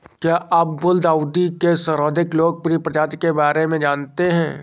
क्या आप गुलदाउदी के सर्वाधिक लोकप्रिय प्रजाति के बारे में जानते हैं?